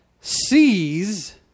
sees